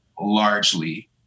largely